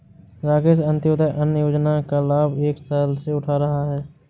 राकेश अंत्योदय अन्न योजना का लाभ एक साल से उठा रहा है